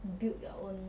build your own